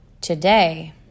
Today